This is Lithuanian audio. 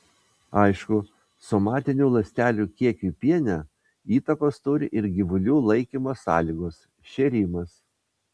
aišku somatinių ląstelių kiekiui piene įtakos turi ir gyvulių laikymo sąlygos šėrimas